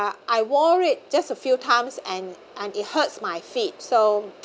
I wore it just a few times and and it hurts my feet so